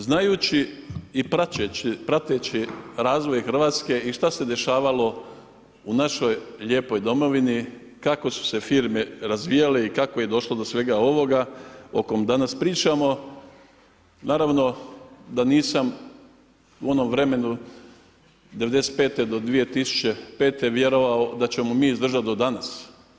Znajući i prateći razvoj RH i što se dešavalo u našoj lijepoj domovini, kako su se firme razvijale i kako je došlo do svega ovoga o kom danas pričamo, naravno da nisam u onom vremenu '95. do 2005. vjerovao da ćemo mi izdržati do danas.